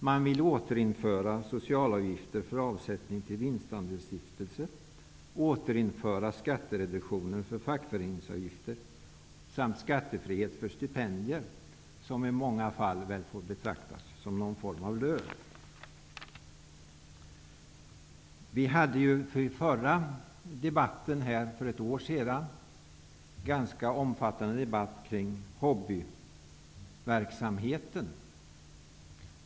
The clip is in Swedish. Man vill återinföra socialavgifter för avsättning till vinstandelsstiftelser, skattereduktionen för fackföreningsavgifter samt skattefrihet för stipendier, som i många fall får betraktas som någon form av lön. Vi hade i debatten för ett år sedan en ganska omfattande diskussion om hobbyverksamheten.